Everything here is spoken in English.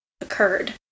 occurred